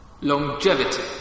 Longevity